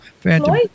Phantom